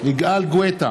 יגאל גואטה,